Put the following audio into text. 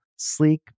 sleek